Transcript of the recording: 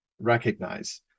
recognize